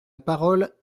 parole